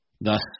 thus